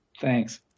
Thanks